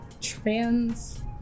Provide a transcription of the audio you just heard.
trans